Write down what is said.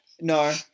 No